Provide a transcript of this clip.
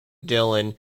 dillon